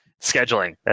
scheduling